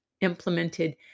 implemented